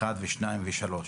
אחד ושניים ושלושה,